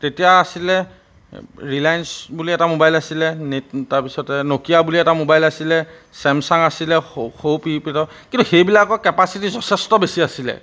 তেতিয়া আছিলে ৰিলায়েঞ্চ বুলি এটা মোবাইল আছিলে নেট তাৰপিছতে নকিয়া বুলি এটা মোবাইল আছিলে চেমচাং আছিলে সৰু কি পেডৰ কিন্তু সেইবিলাকৰ কেপাচিটি যথেষ্ট বেছি আছিলে